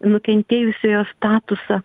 nukentėjusiojo statusą